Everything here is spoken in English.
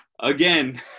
Again